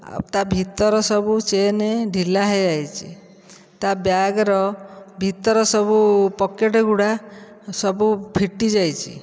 ଆଉ ତା' ଭିତର ସବୁ ଚେନ୍ ଢିଲା ହୋଇଯାଇଛି ତା ବ୍ୟାଗ୍ର ଭିତର ସବୁ ପକେଟ୍ ଗୁଡ଼ା ସବୁ ଫିଟିଯାଇଛି